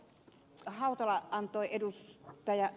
heidi hautala antoi ed